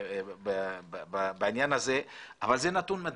זה נתון מדהים.